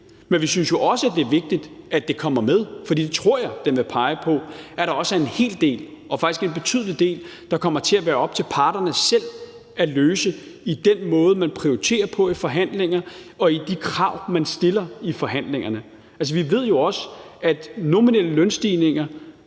Men vi synes jo også, det er vigtigt, at det kommer med – for det tror jeg den vil pege på – at der også er en hel del og faktisk en betydelig del, der kommer til at være op til parterne selv at løse i den måde, man prioriterer på i forhandlingerne, og i de krav, man stiller i forhandlingerne. Altså, vi ved jo også, at nominelle lønstigninger